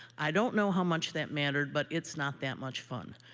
i don't know how much that mattered, but it's not that much fun.